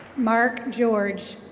mark george.